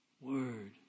word